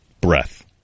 breath